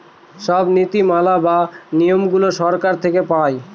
সব নীতি মালা বা নিয়মগুলো সরকার থেকে পায়